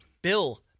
Bill